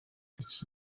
iki